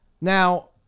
Now